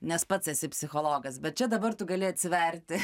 nes pats esi psichologas bet čia dabar tu gali atsiverti